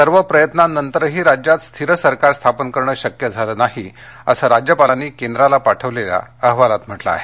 सर्व प्रयत्नांनतरही राज्यात स्थिर सरकार स्थापन करणं शक्य झालं नाही असं राज्यपालांनी केंद्राला पाठवलेल्या अहवालात म्हटलंआहे